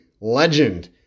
legend